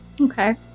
Okay